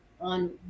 on